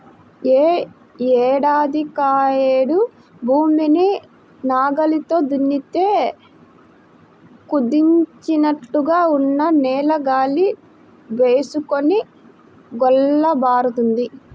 యే ఏడాదికాయేడు భూమిని నాగల్లతో దున్నితే కుదించినట్లుగా ఉన్న నేల గాలి బోసుకొని గుల్లబారుతుంది